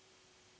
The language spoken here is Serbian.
Hvala